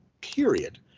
period